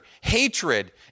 hatred